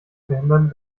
verhindern